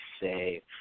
say